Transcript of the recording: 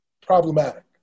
problematic